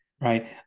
right